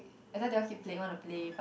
and they all keep playing want to play but